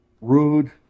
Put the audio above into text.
rude